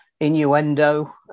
innuendo